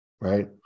right